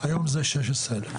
היום זה 16 אלף.